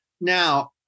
Now